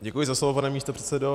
Děkuji za slovo, pane místopředsedo.